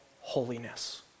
holiness